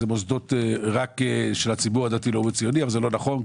מוסדות רק של הציבור הדתי- -- ציוני אבל זה לא נכון.